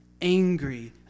angry